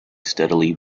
steadily